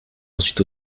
ensuite